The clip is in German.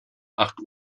acht